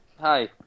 Hi